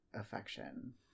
affection